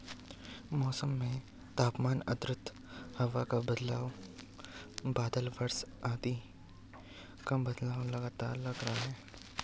मौसम में तापमान आद्रता हवा का दबाव बादल वर्षा आदि का बदलना लगातार लगा रहता है